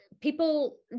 people